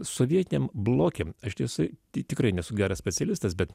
sovietiniam bloke aš tiesa tikrai nesu geras specialistas bet